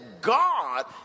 God